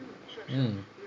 mm